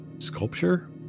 sculpture